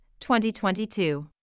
2022